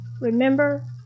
Remember